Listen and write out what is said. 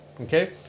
okay